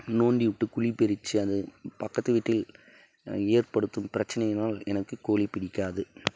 நோண்டி விட்டு குழி பறித்து அது பக்கத்து வீட்டில் ஏற்படுத்தும் பிரச்சினையினால் எனக்கு கோழி பிடிக்காது